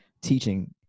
teaching